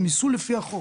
הם ייסעו לפי החוק.